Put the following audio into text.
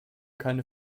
keine